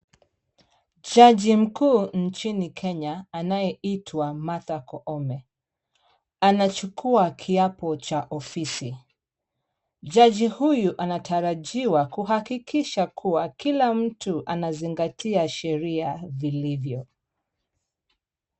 Jaji mkuu nchini Kenya anayeitwaa Martha Koome. Anachukua kiapo cha ofisi. Jaji huyu anatarajiwa kuhakikisha kuwa kila mtu anazingatia sheria vilivyo.